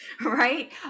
right